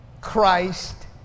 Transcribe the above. Christ